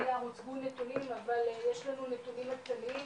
הוצגו נתונים אבל יש לנו נתונים מעודכנים,